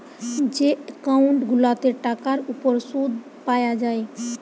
যে একউন্ট গুলাতে টাকার উপর শুদ পায়া যায়